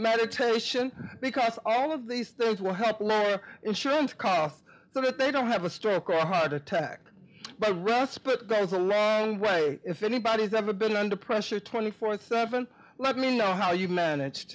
meditation because all of these things will happen insurance costs so that they don't have a stroke or heart attack but respite there's a way if anybody's ever been under pressure twenty four seven let me know how you manage